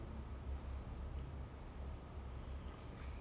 so ya the last season was disappointing